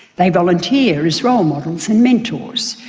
they volunteer as role models and mentors.